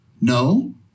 No